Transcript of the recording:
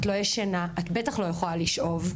את לא ישנה, את בטח לא יכולה לשאוב,